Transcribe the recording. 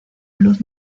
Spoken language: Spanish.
luz